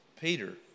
Peter